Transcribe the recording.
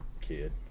kid